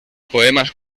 poemas